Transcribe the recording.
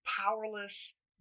powerless